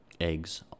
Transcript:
eggs